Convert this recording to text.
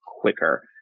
quicker